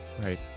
right